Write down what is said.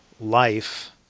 life